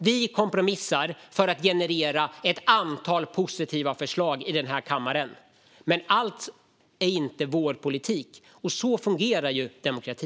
Vi kompromissar för att generera ett antal positiva förslag i den här kammaren, men allt är inte vår politik. Så fungerar demokrati.